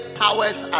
powers